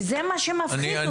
זה מה שמפחיד אותו.